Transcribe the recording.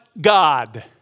God